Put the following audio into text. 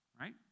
right